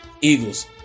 Eagles